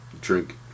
drink